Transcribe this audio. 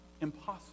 impossible